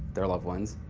their loved ones,